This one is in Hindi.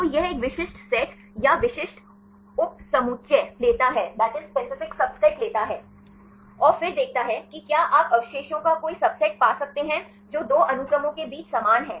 तो यह एक विशिष्ट सेट या विशिष्ट उपसमुच्चय लेता है और फिर देखता है कि क्या आप अवशेषों का कोई सबसेट पा सकते हैं जो दो अनुक्रमों के बीच समान हैं